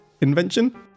invention